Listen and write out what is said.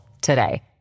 today